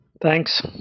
Thanks